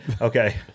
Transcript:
Okay